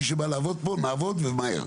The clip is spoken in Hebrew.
מי שבא לעבוד פה, נעבוד ומהר.